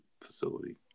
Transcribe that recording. facility